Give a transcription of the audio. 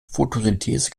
photosynthese